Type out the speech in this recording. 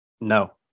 No